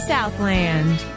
Southland